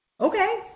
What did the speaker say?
okay